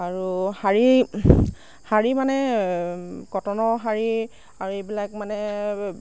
আৰু শাৰী শাৰী মানে কটনৰ শাৰী আৰু এইবিলাক মানে